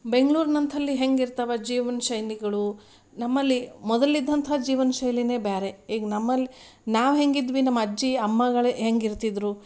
ಬೆಂಗ್ಳೂರಿನಂತಲ್ಲಿ ಹೆಂಗಿರ್ತವ ಜೀವನ ಶೈಲಿಗಳು ನಮ್ಮಲ್ಲಿ ಮೊದಲಿದ್ದಂಥ ಜೀವನ ಶೈಲಿನೆ ಬೇರೆ ಈಗ ನಮ್ಮಲ್ಲಿ ನಾವು ಹೆಂಗಿದ್ವಿ ನಮ್ಮ ಅಜ್ಜಿ ಅಮ್ಮಗಳು ಹೆಂಗಿರ್ತಿದ್ರು